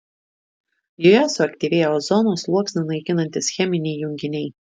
joje suaktyvėja ozono sluoksnį naikinantys cheminiai junginiai